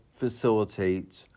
facilitate